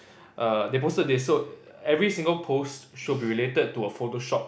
uh they posted this so every single post should be related to a photoshop